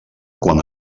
quan